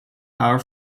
power